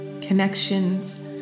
connections